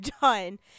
done